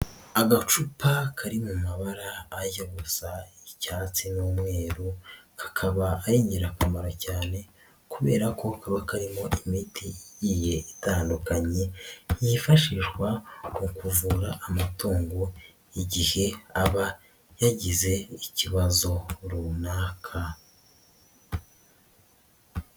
Agacupa kari mu mabara ajya gusa icyatsi n'umweru, kakaba ari ingirakamaro cyane kubera ko kaba karimo imiti igiye itandukanye, yifashishwa mu kuvura amatungo igihe aba yagize ikibazo runaka.